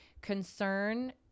Concern